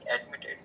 admitted